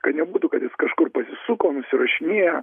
kad nebūtų kad jis kažkur pasisuko nusirašinėja